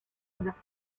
varsovie